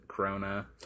Corona